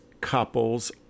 couples